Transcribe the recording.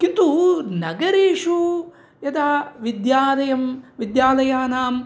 किन्तु नगरेषु यदा विद्यालयं विद्यालयानां